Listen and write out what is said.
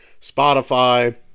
Spotify